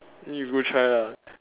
then you go try lah